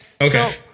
Okay